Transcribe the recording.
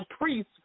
priest